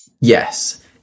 Yes